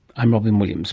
i'm robyn williams